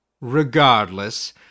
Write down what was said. Regardless